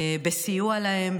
בסיוע להן,